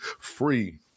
free